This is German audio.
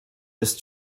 ist